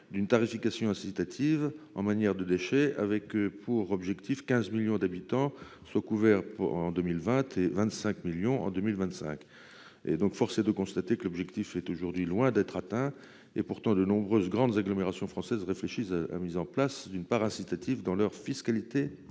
d'une tarification incitative en matière de déchets, avec l'objectif que 15 millions d'habitants soient couverts par cette dernière en 2020 et 25 millions en 2025. Force est de constater que l'objectif est aujourd'hui loin d'être atteint. Pourtant de nombreuses grandes agglomérations françaises réfléchissent à la mise en place d'une part incitative dans leur fiscalité